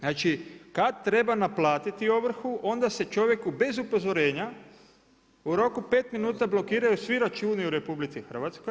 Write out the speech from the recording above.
Znači kad treba naplatiti ovrhu onda se čovjeku bez upozorenja u roku pet minuta blokiraju svi računi u RH.